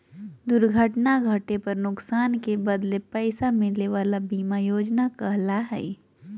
दुर्घटना घटे पर नुकसान के बदले पैसा मिले वला बीमा योजना कहला हइ